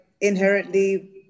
inherently